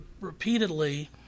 repeatedly